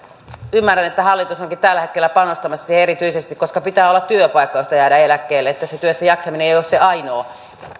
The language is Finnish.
ymmärrän että hallitus onkin tällä hetkellä panostamassa siihen erityisesti koska pitää olla työpaikka josta jäädä eläkkeelle että se työssäjaksaminen ei ole se ainoa